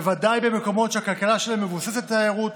בוודאי במקומות שהכלכלה שלהם מבוססת על תיירות,